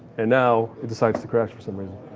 and now it decides to crash for some reason.